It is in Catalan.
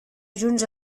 junts